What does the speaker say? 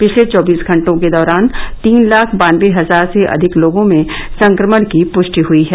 पिछले चौबीस घंटे के दौरान तीन लाख बानबे हजार से अधिक लोगों में संक्रमण की प्ष्टि हई है